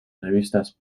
revistas